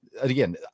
again